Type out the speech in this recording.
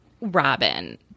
Robin